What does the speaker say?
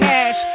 Cash